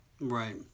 Right